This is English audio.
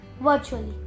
virtually